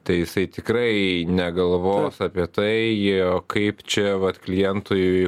tai jisai tikrai negalvos apie tai į kaip čia vat klientui